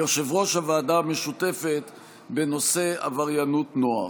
ויושבת-ראש הוועדה המשותפת בנושא עבריינות נוער.